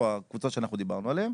או לקבוצות שאנחנו דיברנו עליהן,